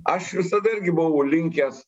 aš visada irgi buvau linkęs